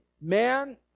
man